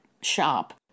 shop